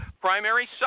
primary